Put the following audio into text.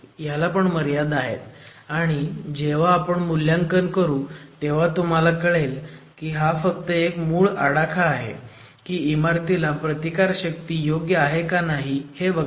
पण ह्याला मर्यादा आहेत आणि जेव्हा आपण मूल्यांकन करू तेव्हा तुम्हाला कळेल की हा फक्त एक मूळ आडाखा आहे की इमारतीला प्रतिकारशक्ती योग्य आहे का नाही ते बघण्याचा